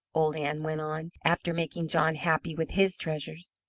old ann went on, after making john happy with his treasures,